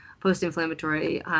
post-inflammatory